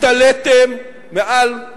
התעליתם מעל